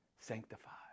sanctified